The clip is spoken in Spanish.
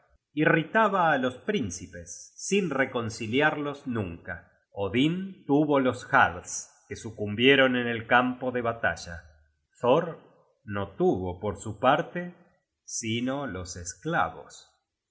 ritaba á los principes sin reconciliarlos nunca odin tuvo los jarls que sucumbieron en el campo de batalla thor no tuvo por su parte sino los esclavos